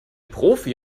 profi